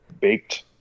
baked